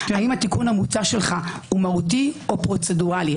האם התיקון שלך מהותי או פרוצדורלי.